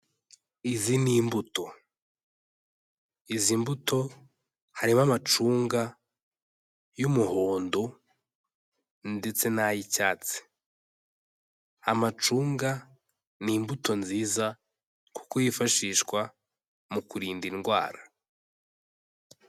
Izi ni imbuto. iIzi mbuto harimo amacunga y'umuhondo ndetse n'ay'icyatsi. Amacunga ni imbuto nziza kuko yifashishwa mu kurinda indwara.